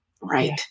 right